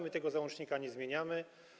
My tego załącznika nie zmieniamy.